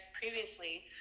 previously